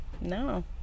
no